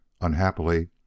Unhappily